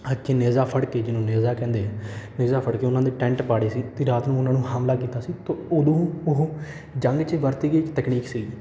ਹੱਥ 'ਚ ਨੇਜਾ ਫੜ੍ਹ ਕੇ ਜਿਹਨੂੰ ਨੇਜਾ ਕਹਿੰਦੇ ਆ ਨੇਜਾ ਫੜ੍ਹ ਕੇ ਉਹਨਾਂ ਦੇ ਟੈਂਟ ਪਾੜੇ ਸੀ ਅਤੇ ਰਾਤ ਨੂੰ ਉਹਨਾਂ ਨੂੰ ਹਮਲਾ ਕੀਤਾ ਸੀ ਤਾਂ ਉਦੋਂ ਉਹ ਜੰਗ 'ਚ ਵਰਤੀ ਗਈ ਤਕਨੀਕ ਸੀ